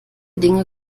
dinge